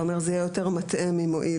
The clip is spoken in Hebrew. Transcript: אתה אומר שזה יהיה יותר מטעה ממועיל?